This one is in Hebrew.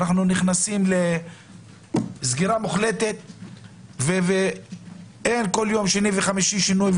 אנחנו נכנסים לסגירה מוחלטת ואין כל יום שני וחמישי שינוי.